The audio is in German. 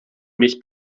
mich